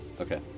Okay